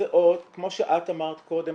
כמו שאת אמרת קודם,